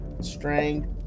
strength